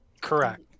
Correct